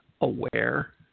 aware